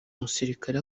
umusirikare